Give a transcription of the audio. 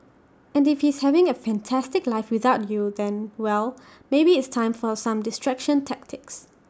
and if he's having A fantastic life without you then well maybe it's time for some distraction tactics